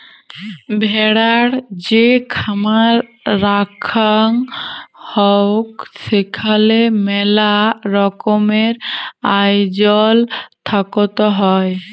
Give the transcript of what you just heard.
ভেড়ার যে খামার রাখাঙ হউক সেখালে মেলা রকমের আয়জল থাকত হ্যয়